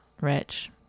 Rich